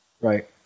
right